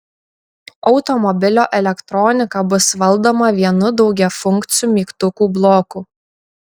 automobilio elektronika bus valdoma vienu daugiafunkciu mygtukų bloku